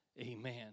Amen